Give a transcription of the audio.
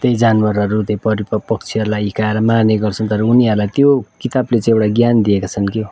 त्यही जानवरहरू त्यही परेवापक्षीहरूलाई हिर्काएर मार्ने गर्छन् तर उनीहरूलाई त्यो किताबले चाहिँ एउटा ज्ञान दिएको छन् क्याउ